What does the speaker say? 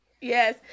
yes